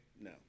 No